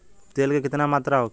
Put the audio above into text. तेल के केतना मात्रा होखे?